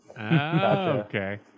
Okay